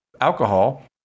alcohol